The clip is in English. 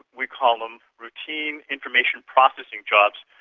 we call them routine information processing jobs,